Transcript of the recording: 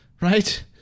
right